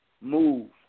move